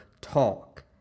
talk